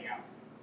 else